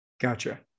Gotcha